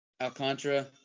Alcantara